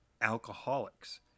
Alcoholics